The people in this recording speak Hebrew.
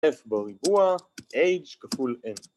‫f בריבוע, h כפול n.